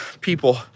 people